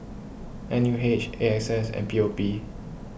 N U H A X S and P O P